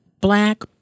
Black